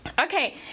okay